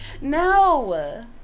no